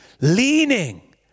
leaning